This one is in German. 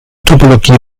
topologie